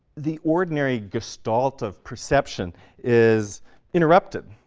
the ordinary gestalt of perception is interrupted,